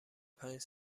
پنج